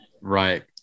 Right